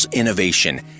Innovation